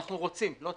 אנחנו רוצים, לא צריך,